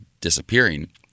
disappearing